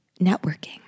networking